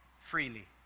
freely